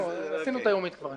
עשינו כבר את היומית היום